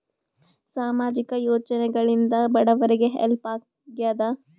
ಸಾಮಾಜಿಕ ಯೋಜನೆಗಳಿಂದ ಬಡವರಿಗೆ ಹೆಲ್ಪ್ ಆಗ್ಯಾದ?